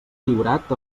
lliurat